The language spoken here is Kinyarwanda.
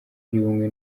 y’ubumwe